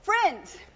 Friends